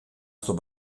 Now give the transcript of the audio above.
στον